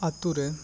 ᱟᱛᱳ ᱨᱮ